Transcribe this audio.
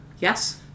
Yes